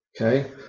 okay